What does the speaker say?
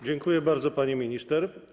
Dziękuję bardzo, pani minister.